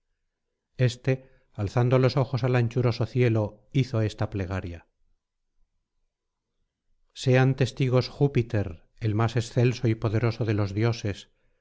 este alzando los ojos al anchuroso cielo hizo esta plegaria sean testigos júpiter el más excelso y poderoso de los dioses